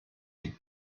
die